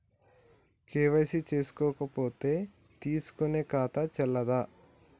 KYC చేసుకోకపోతే తీసుకునే ఖాతా చెల్లదా?